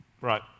Right